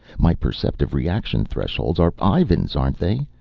my perceptive reaction-thresholds are ivan's aren't they?